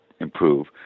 improve